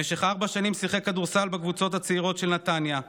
במשך ארבע שנים שיחק כדורסל בקבוצות הצעירות של נתניה.